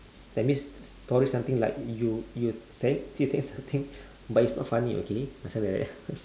that means probably something like you you sad so you think something but it's not funny okay or something like that